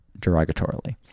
derogatorily